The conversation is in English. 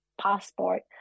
passport